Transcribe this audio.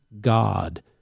God